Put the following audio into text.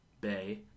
Bay